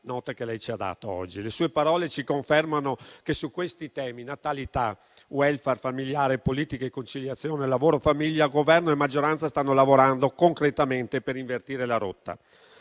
Le sue parole ci confermano che sui temi della natalità, del *welfare* familiare e delle politiche per la conciliazione tra lavoro e famiglia Governo e maggioranza stanno lavorando concretamente per invertire la rotta.